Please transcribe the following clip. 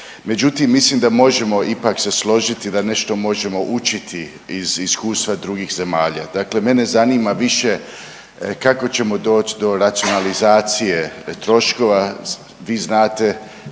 međutim, mislim da možemo ipak se složiti da nešto možemo učiti iz iskustva drugih zemalja. Dakle mene zanima više kako ćemo doći do racionalizacije troškova,